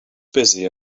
busy